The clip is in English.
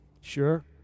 Sure